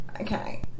Okay